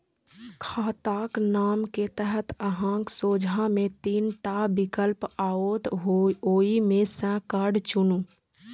खाताक नाम के तहत अहांक सोझां मे तीन टा विकल्प आओत, ओइ मे सं कार्ड चुनू